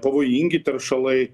pavojingi teršalai